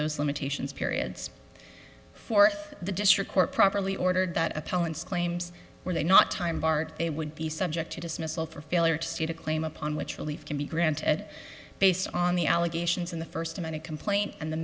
those limitations periods for the district court properly ordered that appellant's claims were they not time barred they would be subject to dismissal for failure to state a claim upon which relief can be granted based on the allegations in the first amended complaint and the